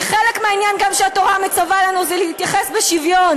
כי חלק מהעניין גם שהתורה מצווה לנו זה להתייחס בשוויון